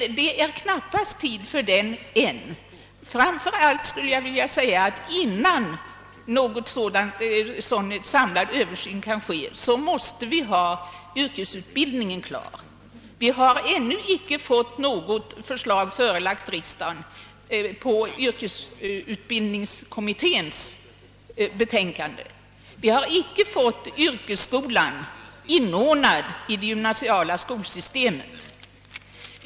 Det är dock knappast tid för detta än. Framför allt vill jag framhålla att innan en sådan samlad översyn kan ske måste vi ha yrkesutbildningsfrågorna klara. Riksdagen har än nu inte förelagts något resultat av yrkesutbildningskommitténs arbete. Vi har inte fått yrkesskolan inordnad i det gymnasiala skolsystemet.